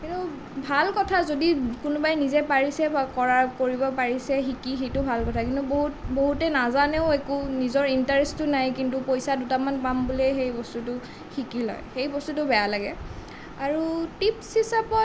কিন্তু ভাল কথা যদি কোনোবাই নিজে পাৰিছে কৰিব পাৰিছে শিকি সেইটো ভাল কথা কিন্তু বহুত বহুতেই নাজানেও একো নিজৰ ইণ্টাৰেষ্টো নাই কিন্তু পইচা দুটামান পাম বুলিয়েই সেই বস্তুটো শিকি লয় সেই বস্তুটো বেয়া লাগে আৰু টিপ্চ হিচাপত